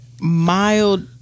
Mild